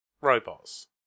Robots